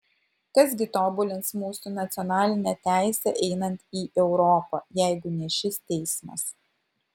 kas gi tobulins mūsų nacionalinę teisę einant į europą jeigu ne šis teismas